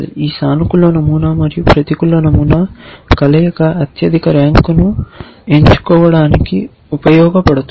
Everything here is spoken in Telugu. ఈ సానుకూల నమూనా మరియు ప్రతికూల నమూనా కలయిక అత్యధిక ర్యాంకును ఎంచుకోవడానికి ఉపయోగపడుతుంది